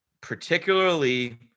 particularly